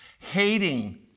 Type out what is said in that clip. Hating